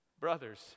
Brothers